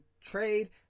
trade